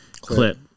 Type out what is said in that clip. clip